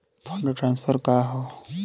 Fund transfer का हव?